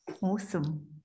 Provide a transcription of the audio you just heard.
Awesome